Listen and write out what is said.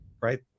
right